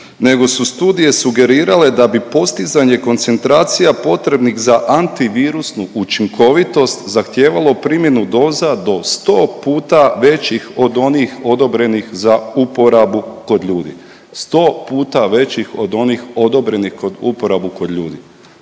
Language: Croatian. nego su studije sugerirale da bi postizanje koncentracija potrebnih za antivirusnu učinkovitost, zahtijevalo primjenu doza do 100 puta većih od onih odobrenih za uporabu kod ljudi. 100 puta većih od onih odobrenih kod uporabu kod ljudi.